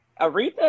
Aretha